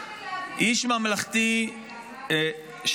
זה הכי ממלכתי להעביר את חוק הגיוס הלילה,